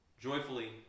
joyfully